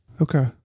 Okay